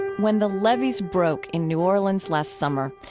when the levees broke in new orleans last summer,